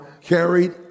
carried